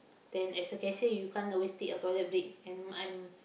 then as a cashier you can't always take your toilet break and I'm